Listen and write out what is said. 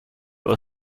were